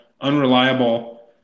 unreliable